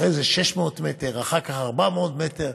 אחרי זה 600 מטר ואחר כך 400 מטר,